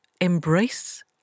embrace